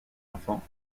enfant